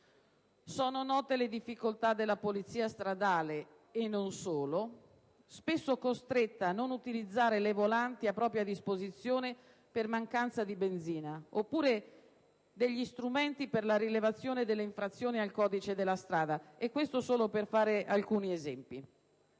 Sono note le difficoltà della Polizia stradale - e non solo - spesso costretta a non utilizzare le volanti a sua disposizione per mancanza di benzina oppure gli strumenti per la rilevazione delle infrazioni al codice della strada, per fare solo alcuni esempi.